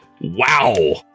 wow